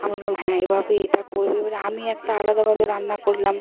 আমি বললাম হ্যাঁ এভাবে এটা করবে এবারে আমি একটা আলাদাভাবে রান্না করলাম